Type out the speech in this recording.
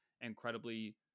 incredibly